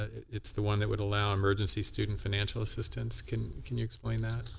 it's the one that would allow emergency student financial assistance. can can you explain that.